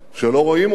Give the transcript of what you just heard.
שלא רואים אותן.